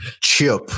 Chip